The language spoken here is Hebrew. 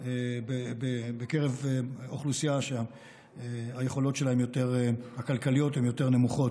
בקרב אוכלוסייה שהיכולות הכלכליות שלה הן יותר נמוכות.